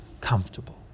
comfortable